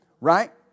Right